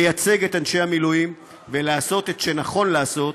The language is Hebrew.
לייצג את אנשי המילואים ולעשות את שנכון לעשות